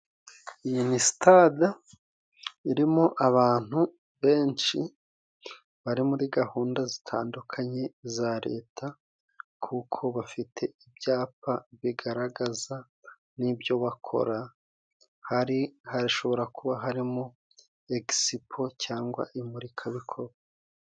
Iyi ni sitade irimo abantu benshi bari muri gahunda zitandukanye za Leta, kuko bafite ibyapa bigaragaza n'ibyo bakora. Hari hashobora kuba harimo egisipo cyangwa imurikabikorwa.